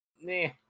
Nah